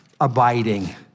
abiding